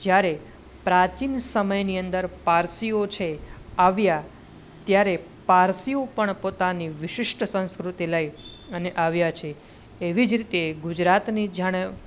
જ્યારે પ્રાચીન સમયની અંદર પારસીઓ છે આવ્યાં ત્યારે પારસીઓ પણ પોતાની વિશિષ્ટ સંસ્કૃતિ લઈ અને આવ્યાં છે એવી જ રીતે ગુજરાતની જાણે